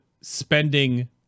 spending